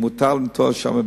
אם מותר לנטוע שם,